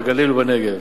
בגליל ובנגב.